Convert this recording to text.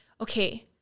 okay